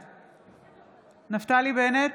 בעד נפתלי בנט,